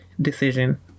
decision